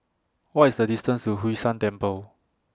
What IS The distance to Hwee San Temple